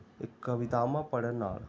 ਕਵਿਤਾਵਾਂ ਪੜ੍ਹਨ ਨਾਲ਼